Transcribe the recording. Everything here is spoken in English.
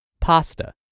pasta